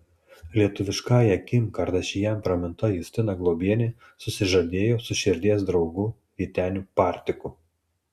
lietuviškąja kim kardašian praminta justina globienė susižadėjo su širdies draugu vyteniu partiku